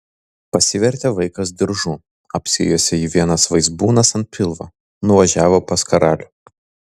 pasivertė vaikas diržu apsijuosė jį vienas vaizbūnas ant pilvo nuvažiavo pas karalių